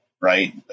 right